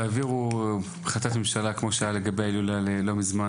תעבירו החלטת ממשלה כמו שהיה לא מזמן לגבי ההילולה של הבבא-סאלי,